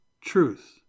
truth